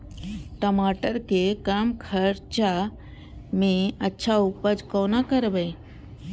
टमाटर के कम खर्चा में अच्छा उपज कोना करबे?